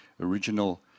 original